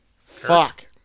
Fuck